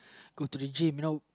go to the gym you know